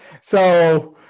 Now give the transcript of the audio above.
So-